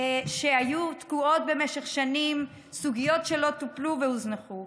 שהיו תקועות במשך שנים, סוגיות שלא טופלו והוזנחו.